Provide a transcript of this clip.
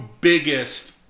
biggest